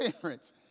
parents